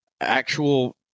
actual